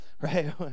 right